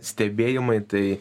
stebėjimai tai